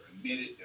committed